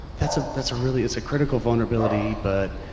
that's ah that's a really, that's a critical vulnerability but,